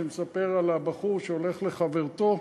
שמספר על הבחור שהולך לחברתו,